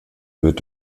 wird